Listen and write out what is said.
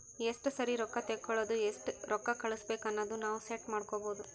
ಎಸ್ಟ ಸರಿ ರೊಕ್ಕಾ ತೇಕೊಳದು ಎಸ್ಟ್ ರೊಕ್ಕಾ ಕಳುಸ್ಬೇಕ್ ಅನದು ನಾವ್ ಸೆಟ್ ಮಾಡ್ಕೊಬೋದು